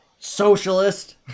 socialist